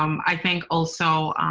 um i think also